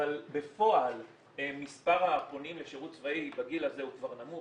אבל בפועל מספר הפונים לשירות צבאי בגיל הזה הוא כבר נמוך,